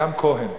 גם כהן.